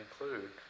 include